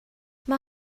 mae